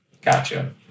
Gotcha